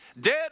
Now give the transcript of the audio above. dead